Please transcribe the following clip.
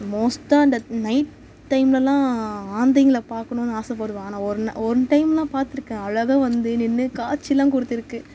மோஸ்ட்டாக அந்த நைட் டைம்லெலாம் ஆந்தைங்களை பார்க்கணுன்னு ஆசைப்படுவேன் ஆனால் ஒரு ந ஒன் டைம் தான் பார்த்துருக்கேன் அழகாக வந்து நின்று காட்சியெலாம் கொடுத்துருக்கு